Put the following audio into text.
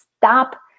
stop